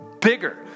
bigger